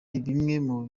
biribwa